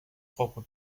propre